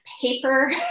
paper